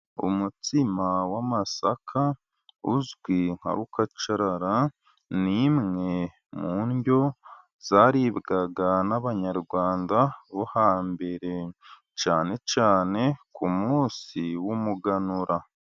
Umutsima w'amasaka uzwi nka rukacarara, ni imwe mu ndyo zaribwaga n'abanyarwanda bo hambere, cyane cyane ku munsi w'umuganura.